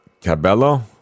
Cabello